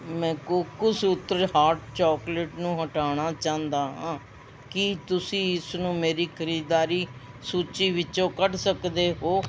ਮੈਂ ਕੋਕੋਸੂਤਰ hot chocolate ਨੂੰ ਹਟਾਣਾ ਚਾਹੁੰਦਾ ਹਾਂ ਕੀ ਤੁਸੀਂ ਇਸਨੂੰ ਮੇਰੀ ਖਰੀਦਦਾਰੀ ਸੂਚੀ ਵਿੱਚੋਂ ਕੱਢ ਸਕਦੇ ਹੋ